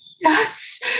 yes